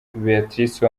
béatrice